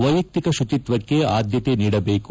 ವೈಯಕ್ತಿಕ ಶುಚಿತ್ವಕ್ಕೆ ಆದ್ಯತೆ ನೀಡಬೇಕು